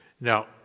Now